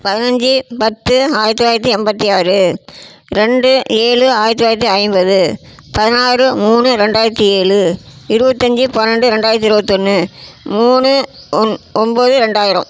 பதினஞ்சு பத்து ஆயிரத்தி தொள்ளாயிரத்தி எண்பத்தி ஆறு ரெண்டு ஏழு ஆயிரத்தி தொள்ளாயிரத்தி ஐம்பது பதினாறு மூணு ரெண்டாயிரத்தி ஏழு இருபத்தஞ்சு பன்னெண்டு ரெண்டாயிரத்தி இருபத்தொன்னு மூணு ஒன் ஒன்பது ரெண்டாயிரம்